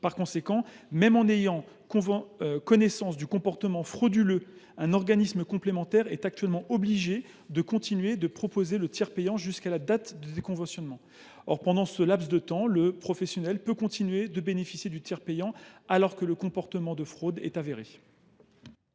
Par conséquent, même en ayant connaissance d’un comportement frauduleux, un organisme complémentaire est actuellement obligé de continuer de proposer le tiers payant jusqu’à la date de déconventionnement. Pendant ce laps de temps, le professionnel concerné peut continuer de bénéficier du tiers payant, alors même que sa fraude est avérée.